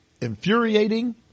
infuriating